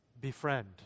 befriend